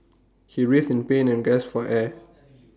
he writhed in pain and gasped for air